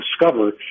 discover